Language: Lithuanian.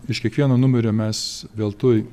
iš kiekvieno numerio mes veltui